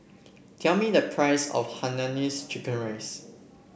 tell me the price of Hainanese Chicken Rice